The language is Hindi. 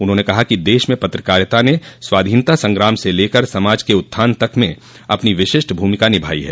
उन्होंने कहा कि दश में पत्रकारिता ने स्वाधीनता संग्राम से लेकर समाज के उत्थान तक में अपनी विशिष्ट भूमिका निभाई है